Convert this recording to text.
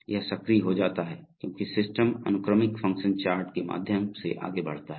यह सक्रिय हो जाता है क्योंकि सिस्टम अनुक्रमिक फ़ंक्शन चार्ट के माध्यम से आगे बढ़ता है